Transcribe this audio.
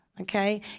Okay